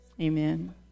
Amen